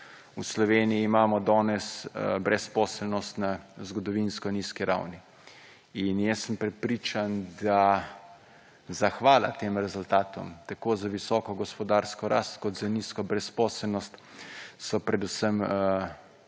V Sloveniji imamo danes brezposelnost na zgodovinsko nizki ravni in jaz sem prepričan, da zahvala tem rezultatom tako za visoko gospodarsko rast kot za nizko brezposelnost so predvsem